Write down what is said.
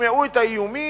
תשמעו את האיומים,